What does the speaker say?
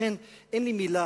לכן אין לי מלה.